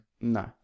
No